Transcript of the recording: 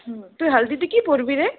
হ্যাঁ তুই হলদিতে কী পরবি রে